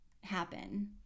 happen